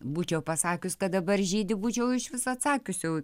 būčiau pasakius kad dabar žydi būčiau iš viso atsakius jau